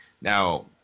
Now